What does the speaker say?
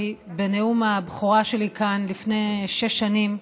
בנאום הבכורה שלי כאן לפני שש שנים,